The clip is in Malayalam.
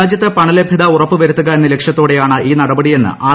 രാജ്യത്ത് പണലഭ്യത ഉറപ്പുവരുത്തുക എന്ന ലക്ഷ്യത്തോടെയാണ് ഈ നടപടിയെന്ന് ആർ